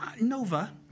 Nova